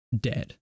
dead